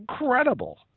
incredible